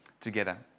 together